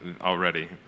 already